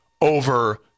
over